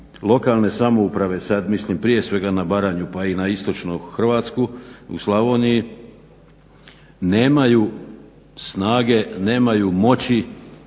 lokalne samouprave, sad mislim prije svega na Baranju pa i na istočnu Hrvatsku u Slavoniji, nemaju snage, nemaju moći